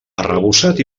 arrebossat